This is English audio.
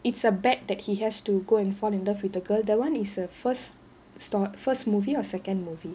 it's a bet that he has to go and fall in love with the girl that [one] is the firs~ stor~ first movie or the second movie